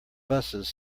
busses